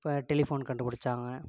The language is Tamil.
இப்போ டெலிஃபோன் கண்டுப்பிடிச்சாங்க